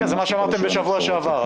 זה מה שאמרתם בשבוע שעבר.